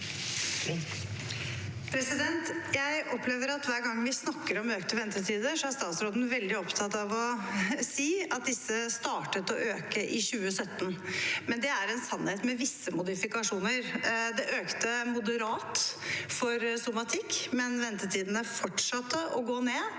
Jeg opple- ver at hver gang vi snakker om økte ventetider, er statsråden veldig opptatt av å si at disse startet å øke i 2017. Men det er en sannhet med visse modifikasjoner. De økte moderat for somatikk, men ventetidene fortsatte å gå ned